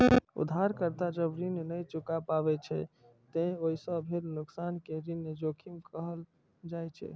उधारकर्ता जब ऋण नै चुका पाबै छै, ते ओइ सं भेल नुकसान कें ऋण जोखिम कहल जाइ छै